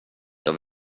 jag